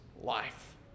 life